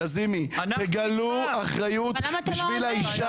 חברת הכנסת לזימי, תגלו אחריות בשביל האישה